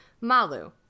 Malu